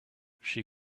she